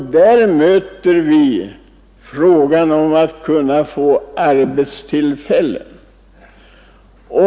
Där möter vi frågan om att kunna få arbetstillfällen.